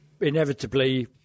inevitably